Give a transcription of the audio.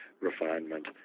refinement